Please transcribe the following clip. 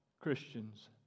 Christians